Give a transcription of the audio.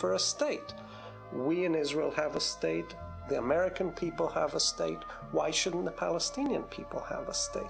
for a state we in israel have a state the american people have a state why shouldn't the palestinian people have a st